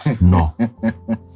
no